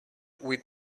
with